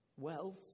Wealth